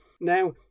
now